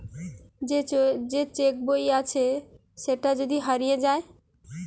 যে চেক বই আছে সেটা যদি হারিয়ে যায়